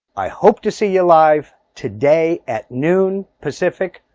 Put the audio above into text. i hope to see you live today at noon pacific,